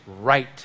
right